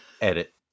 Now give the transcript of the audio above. Edit